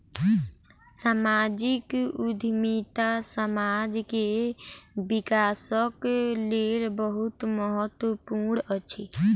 सामाजिक उद्यमिता समाज के विकासक लेल बहुत महत्वपूर्ण अछि